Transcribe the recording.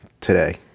today